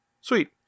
Sweet